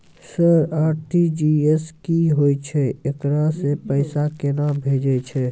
Sir RTGS की होय छै, एकरा से पैसा केना भेजै छै?